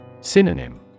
Synonym